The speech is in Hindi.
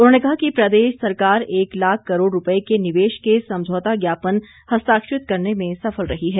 उन्होंने कहा कि प्रदेश सरकार एक लाख करोड़ रुपए के निवेश के समझौता ज्ञापन हस्ताक्षरित करने में सफल रही है